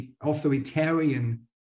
authoritarian